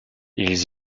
ils